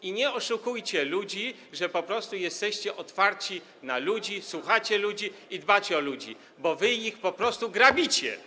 I nie oszukujcie ludzi, że jesteście otwarci na ludzi, słuchacie ludzi i dbacie o ludzi, bo wy ich po prostu grabicie.